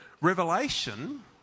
Revelation